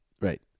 Right